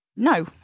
No